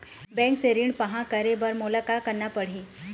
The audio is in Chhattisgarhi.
बैंक से ऋण पाहां करे बर मोला का करना पड़ही?